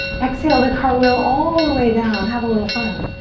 exhale, to cartwheel all the way down. have a little fun.